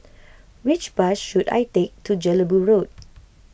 which bus should I take to Jelebu Road